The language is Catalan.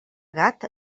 gat